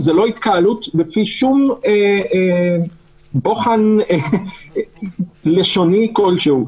זו לא התקהלות לפי שום בוחן לשוני כלשהו.